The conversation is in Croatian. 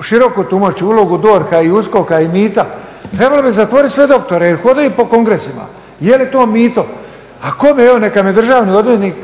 široko tumačiti ulogu DORH-a i USKOK-a i mita trebalo bi zatvoriti sve doktore jer hodaju po kongresima. Je li to mito? A evo neka mi državni odvjetnik